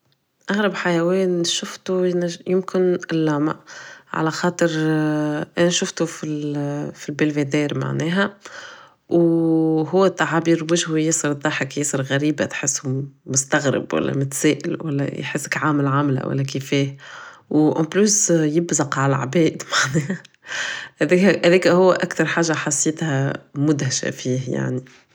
اغرب حيوان شفتو ينجم يكون اللاما على خاطر انا شفتو فل بالفردار معناها و هو تعابير وجهو ياسر ضحك ياسر غريبة تحسو مستغرب ولا متسائل ولا يحسك عامل عملة ولا كيفاه و en plus يبزق عل عباد هداك هو اكثر حاجة حسيتها مدهشة فيه يعني